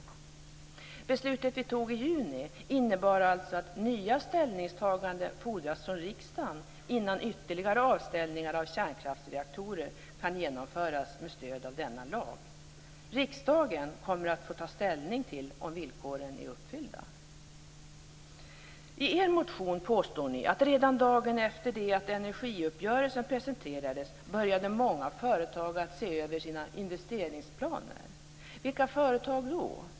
Det beslut som vi tog i juni innebär alltså att nya ställningstaganden fordras från riksdagen innan ytterligare avställningar av kärnkraftsreaktorer kan genomföras med stöd av denna lag. Riksdagen kommer att få ta ställning till om villkoren är uppfyllda. I er motion påstår ni att redan dagen efter det att energiuppgörelsen presenterades började många företag att se över sina investeringsplaner. Vilka företag då?